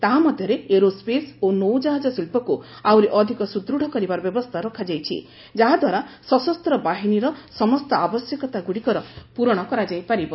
ତାହାମଧ୍ୟରେ aerospace ଓ ନୌଜାହାଜ ଶିଳ୍ପକୁ ଆହୁରି ଅଧିକ ସୁଦୃଢ଼ କରିବାର ବ୍ୟବସ୍ଥା ରଖାଯାଇଛି ଯାହାଦ୍ୱାରା ସଶସ୍ତ ବାହିନୀର ସମସ୍ତ ଆବଶ୍ୟକତା ଗୁଡ଼ିକର ପୂରଣ କରାଯାଇପାରିବ